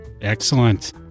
Excellent